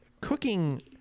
cooking